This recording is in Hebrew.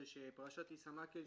שפרשת עיסאם עקל,